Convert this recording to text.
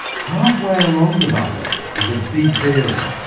halfway along the barbell is a big bearing,